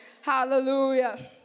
Hallelujah